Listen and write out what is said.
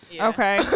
Okay